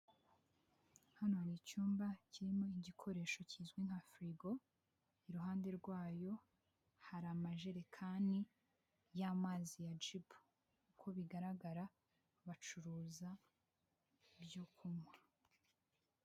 Hano hari icyumba kirimo igikoresho kizwi nka firigo, iruhande rwayo hari amajerekani y'amazi ya Jibu, uko bigaragara bacuruza ibyo kunywa.